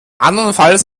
andernfalls